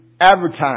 advertise